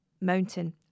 Mountain